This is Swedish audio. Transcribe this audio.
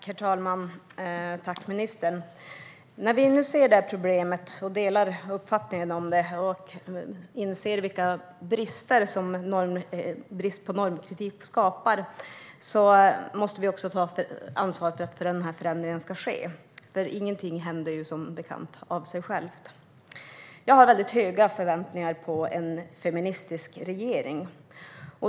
Herr talman! När vi nu ser detta problem, delar uppfattning om det och inser vilka brister som brist på normkritik skapar måste vi också ta ansvar för att den här förändringen ska ske. Ingenting händer ju, som bekant, av sig självt. Jag har väldigt höga förväntningar på en feministisk regering.